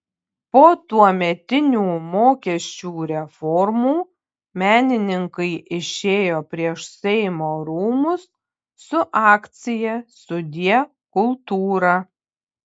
po tuometinių mokesčių reformų menininkai išėjo prieš seimo rūmus su akcija sudie kultūra